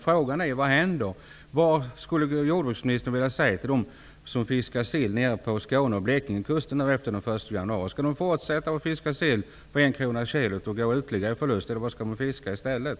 Frågan är vad som händer. Vad skulle jordbruksministern vilja säga till de som fiskar sill längs Skånes och Blekinges kuster? Skall de efter den 1 januari fortsätta att fiska sill för en krona kilot och gå med ytterligare förlust eller vad skall de fiska i stället?